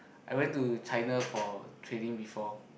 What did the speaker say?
I went to China for training before